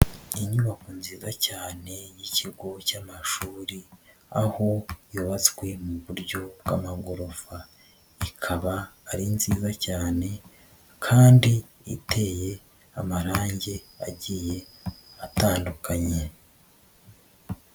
Inyubako nziza cyane y'ikigo cy'amashuri, aho yubatswe mu buryo bw'amagorofa, ikaba ari nziza cyane kandi iteye amarangi agiye atandukanye.